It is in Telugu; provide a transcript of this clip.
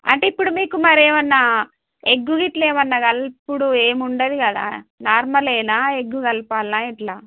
అంటే ఇప్పుడు మీకు మర ఏమన్నా ఎగ్ ఇట్లా ఏమన్నా కలుపుడు ఏముండదు కదా నార్మలేనా ఎగ్ కలపాలా ఇట్లా